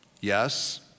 Yes